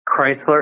Chrysler